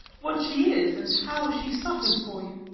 what she is, and how she suffers for you.